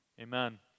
amen